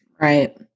Right